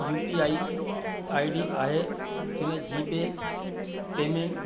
UPI ID आहे की न जी पे तंहिंमें